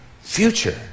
future